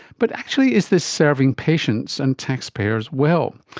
but actually is this serving patients and taxpayers well?